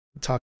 Talk